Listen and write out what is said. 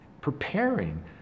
preparing